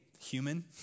human